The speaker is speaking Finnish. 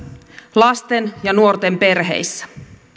lasten ja nuorten perheissä